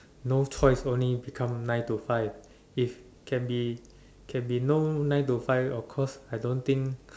no choice only become nine to five if can be can be no nine to five of course I don't think